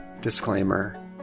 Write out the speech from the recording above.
Disclaimer